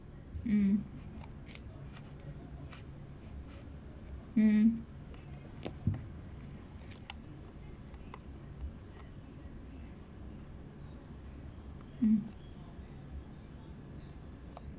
mm mm mm